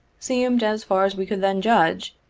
seemed, as far as we could then judge,